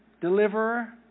deliverer